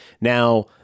Now